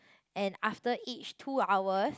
and after each two hours